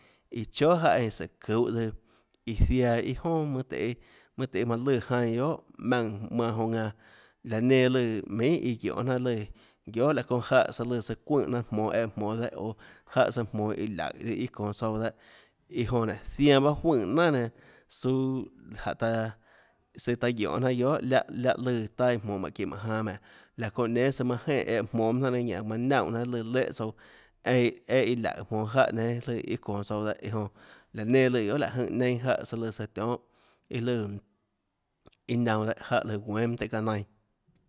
Iã chóà jáhã eínã sùhå çuhå tsøã iã ziaã iâ jonà mønâ tøhê mønâ tøhê manã lùã jainã guiohà maùnã manã jonã ðanã laå nenã lùã minhà iã guionê jnanà lùã guiohà laå çounã jáhã søã lùã søã çuønè jnanà jmonå eã jmonå tsøã dehâ jáhã søã jmonå iã laùhå iâ çonå tsouã dehâ iå jonã nénå zianã bahâ juøè nanà nenã suãuu jánhå taã søã taã guionê jnanà guiohà láhã láhã lùã taâ jmonå mánhå çinå mánhå janã ménhå laå çónhã nénâ søã manã jenè eã jmonå pahâ jnanà nenâ ñanã manã naunè jnanà lùã lù léhã tsouã einã einã iã laùhå jmonå jáhã nénâ lùã iâ çonå tsouã dehâ iã jonã laã nenã lùã guiohà láhå jønè neinâ jáhã jáhã søã lùã søã tionhâ iâ lùã iâ naunã dehâ jáhã lùã guénâ mønâ tøhê çaã nainâ